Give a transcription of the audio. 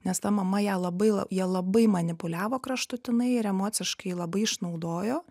nes ta mama ją labai la ja labai manipuliavo kraštutinai ir emociškai labai išnaudojo